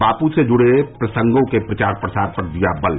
वापू से जुड़े प्रसंगो के प्रचार प्रसार पर दिया बल